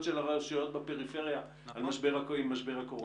של רשויות בפריפריה עם משבר הקורונה.